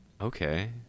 okay